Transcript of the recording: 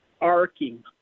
arcing